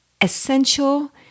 essential